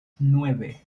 nueve